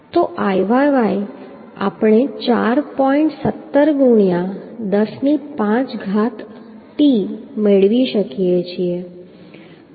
તો Iyy આપણે 4 point 17 ગુણ્યા 10 ની 5 ઘાત t મેળવી રહ્યા છીએ